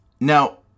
Now